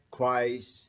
Christ